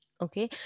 okay